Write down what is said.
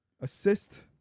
Assist